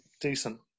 Decent